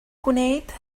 gwneud